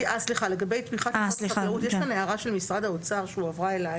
לגבי תמיכה של משרד החקלאות יש כאן הערה של משרד האוצר שהועברה אלי